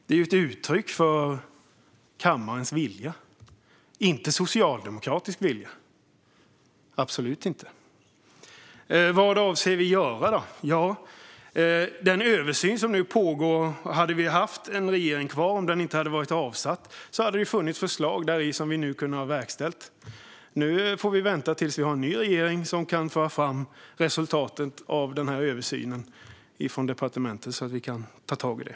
Det är ett uttryck för kammarens vilja, absolut inte för socialdemokratisk vilja. Vad avser vi då att göra? Hade vi haft en regering kvar och den inte hade varit avsatt hade det funnits förslag som vi nu hade kunnat verkställa. Nu får vi vänta tills vi har en ny regering som kan föra fram resultatet av översynen från departementet så att vi kan ta tag i det.